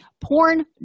porn